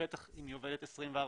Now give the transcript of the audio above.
בטח אם היא עובדת 24/7,